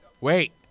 Wait